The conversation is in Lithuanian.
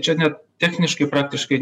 čia net techniškai praktiškai